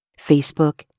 Facebook